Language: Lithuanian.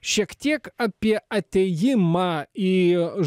šiek tiek apie atėjimą į